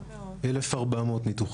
1,400 ניתוחים.